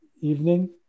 Evening